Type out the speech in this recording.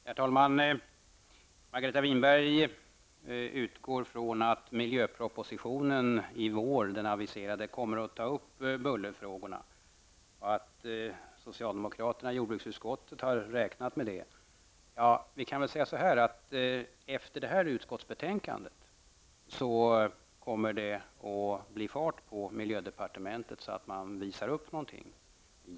Herr talman! Margareta Winberg utgår ifrån att miljöpropositionen som aviseras till våren kommer att ta upp bullerfrågorna och att socialdemokraterna i jordbruksutskottet har räknat med detta. Efter detta utskottsbetänkande kommer det att bli fart på miljödepartementet, så att man arbetar fram någonting att visa upp.